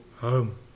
home